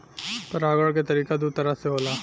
परागण के तरिका दू तरह से होला